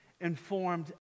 informed